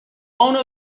اونو